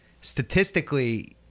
Statistically